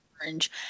orange